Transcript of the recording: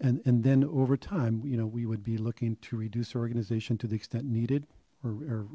and and then over time you know we would be looking to reduce our organization to the extent needed or